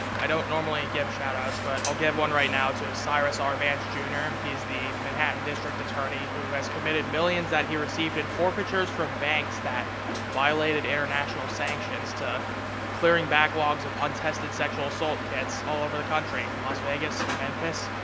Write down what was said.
i don't normally give shout outs, but i'll give one right now to cyrus r. vance jr, he's the manhattan district attorney who has committed millions that he received in forfeitures from banks that violated international sanctions to clearing backlogs of untested sexual assault kits all over the country, las vegas, memphis,